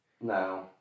No